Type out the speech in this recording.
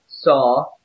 saw